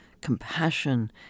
compassion